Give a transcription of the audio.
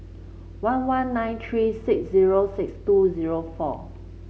one one nine three six zero six two zero four